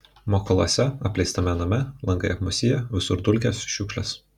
mokoluose apleistame name langai apmūsiję visur dulkės šiukšlės